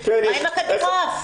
מה עם הכדורעף?